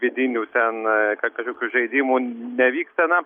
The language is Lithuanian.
vidinių ten ką kariukų žaidimų nevyksta na